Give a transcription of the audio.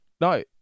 No